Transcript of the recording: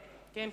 בבקשה,